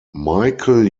michael